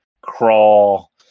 crawl